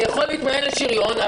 יכול להתמיין לשריון,